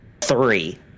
Three